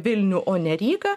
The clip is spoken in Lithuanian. vilnių o ne rygą